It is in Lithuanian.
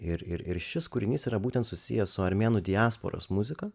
ir ir šis kūrinys yra būtent susijęs su armėnų diasporos muzika